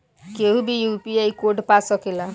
केहू भी UPI code पा सकेला?